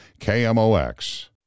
KMOX